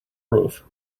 roof